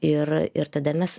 ir ir tada mes